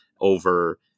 over